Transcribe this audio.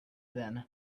then